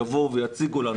יבואו ויציגו לנו,